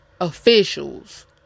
officials